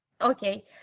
okay